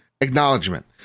acknowledgement